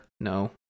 no